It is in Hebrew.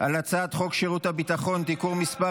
על הצעת חוק שירות הביטחון (תיקון מס'